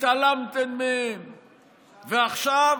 התעלמתם מהן, ועכשיו,